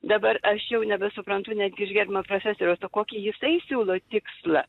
dabar aš jau nebesuprantu netgi iš gerbiamo profesoriaus o kokį jisai siūlo tikslą